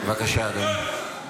בבקשה, אדוני.